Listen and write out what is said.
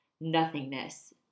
nothingness